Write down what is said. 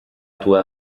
tua